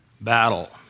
battle